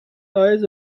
eyes